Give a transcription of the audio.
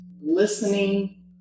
listening